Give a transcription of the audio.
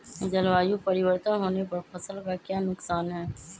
जलवायु परिवर्तन होने पर फसल का क्या नुकसान है?